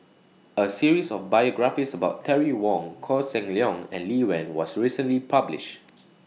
A series of biographies about Terry Wong Koh Seng Leong and Lee Wen was recently published